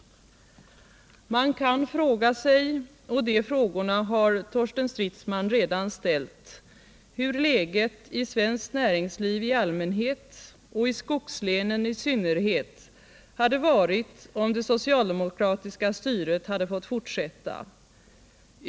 Man kan fråga sig — och de frågorna har Torsten Stridsman redan ställt — hur läget i svenskt näringsliv i allmänhet och i skogslänen i synnerhet hade varit om det socialdemokratiska styret hade fått fortsätta.